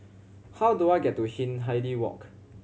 how do I get to Hindhede Walk